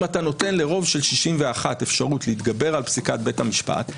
אם אתה נותן לרוב של 61 אפשרות להתגבר על פסיקת בית המשפט,